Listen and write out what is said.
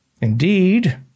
Indeed